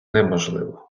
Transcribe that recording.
неможливо